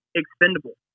expendable